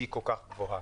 שהיא כל כך גבוהה.